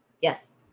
Yes